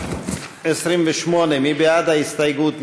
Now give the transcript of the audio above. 28, מי בעד ההסתייגות?